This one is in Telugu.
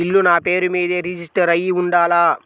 ఇల్లు నాపేరు మీదే రిజిస్టర్ అయ్యి ఉండాల?